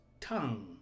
tongue